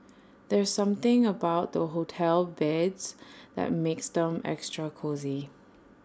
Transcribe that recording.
there's something about hotel beds that makes them extra cosy